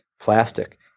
plastic